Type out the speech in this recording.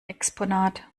exponat